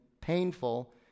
painful